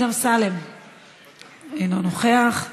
אנחנו עוברים להצבעה על הצעת חוק העונשין (ירי מנשק חם),